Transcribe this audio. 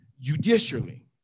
judicially